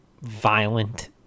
violent